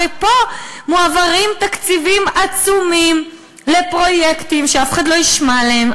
ופה מועברים תקציבים עצומים לפרויקטים שאף אחד לא ישמע עליהם,